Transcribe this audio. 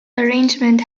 arrangement